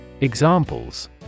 Examples